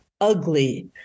ugly